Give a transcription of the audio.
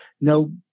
No